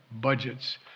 budgets